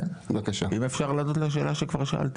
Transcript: כן, אם אפשר לענות לשאלה שכבר שאלתי.